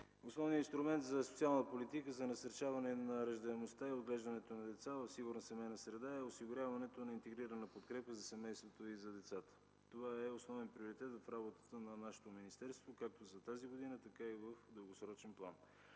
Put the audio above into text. Основният инструмент за социална политика за насърчаване на раждаемостта и отглеждането на деца в сигурна семейна среда е осигуряването на интегрирана подкрепа за семействата и за децата. Това е основен приоритет в работата на нашето министерство както за тази година, така и в дългосрочен план.